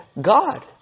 God